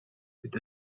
with